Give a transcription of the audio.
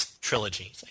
trilogy